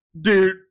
Dude